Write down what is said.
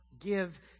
Give